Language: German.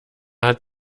hat